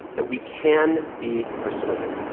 that we can be persuaded,